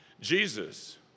Jesus